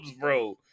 bro